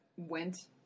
Went